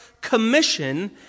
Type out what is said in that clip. commission